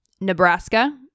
Nebraska